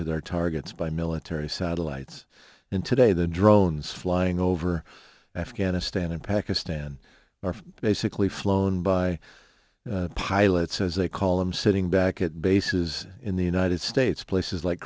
to their targets by military satellites in today the drones flying over afghanistan and pakistan are basically flown by pilots as they call them sitting back at bases in the united states places like